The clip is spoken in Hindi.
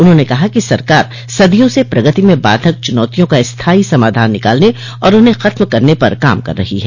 उन्होंने कहा कि सरकार सदियों से प्रगति में बाधक चुनौतियों का स्थाई समाधान निकालने और उन्हें खत्म करने पर काम कर रही है